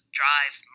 drive